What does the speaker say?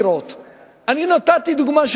אני יודע שלא נעים לך